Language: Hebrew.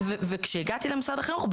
כשהגעתי למשרד החינוך,